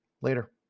Later